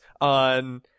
on